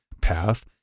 path